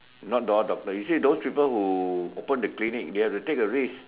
not all doctor you see those people that open the clinic they have to take a risk